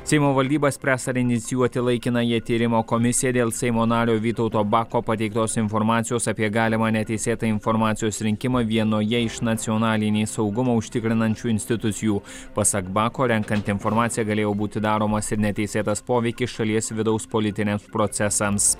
seimo valdyba spręs ar inicijuoti laikinąją tyrimo komisiją dėl seimo nario vytauto bako pateiktos informacijos apie galimą neteisėtą informacijos rinkimą vienoje iš nacionalinį saugumą užtikrinančių institucijų pasak bako renkantiem informaciją galėjo būti daromas ir neteisėtas poveikis šalies vidaus politiniams procesams